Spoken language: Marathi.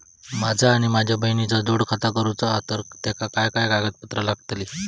माझा आणि माझ्या बहिणीचा जोड खाता करूचा हा तर तेका काय काय कागदपत्र लागतली?